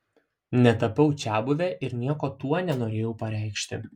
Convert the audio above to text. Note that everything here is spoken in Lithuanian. netapau čiabuve ir nieko tuo nenorėjau pareikšti